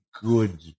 good